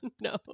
No